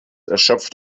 erschöpft